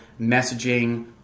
messaging